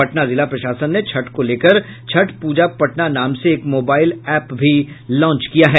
पटना जिला प्रशासन ने छठ को लेकर छठ प्रजा पटना नाम से एक मोबाईल एप्प लांच किया है